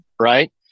right